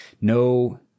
no